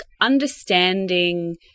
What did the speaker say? understanding